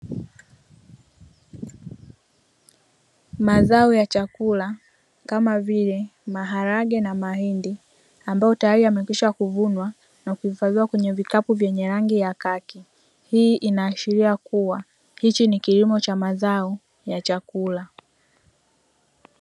Mazao ya chakula kama vile maharage na mahindi, amabyo tayari yamekwisha kuvunwa na kukaliwa kwenye vikapu vya rangi ya kaki, hii inaashiria kuwa hiki ni kiilmo cha mazao ya chakula.